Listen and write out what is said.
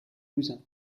cousin